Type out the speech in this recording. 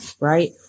Right